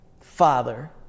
Father